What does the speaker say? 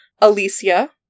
Alicia